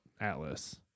Atlas